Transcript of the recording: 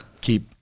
keep